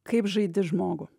kaip žaidi žmogų